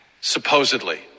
supposedly